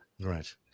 Right